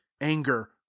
anger